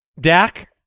Dak